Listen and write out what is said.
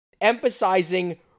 emphasizing